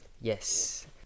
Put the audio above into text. yes